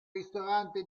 ristorante